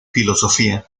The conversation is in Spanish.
filosofía